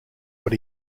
what